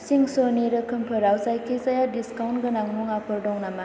चिंस'नि रोखोमफोराव जायखिजाया डिसकाउन्ट गोनां मुवाफोर दङ नामा